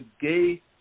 gay